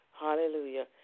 Hallelujah